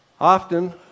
Often